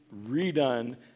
redone